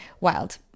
Wild